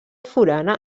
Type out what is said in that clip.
forana